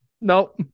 No